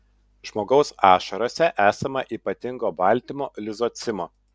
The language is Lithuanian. žmogaus ašarose esama ypatingo baltymo lizocimo